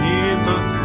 Jesus